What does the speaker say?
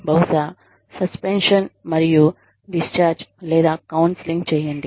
బహుశా సస్పెన్షన్ మరియు డిశ్చార్జ్ లేదా కౌన్సెలింగ్ చేయండి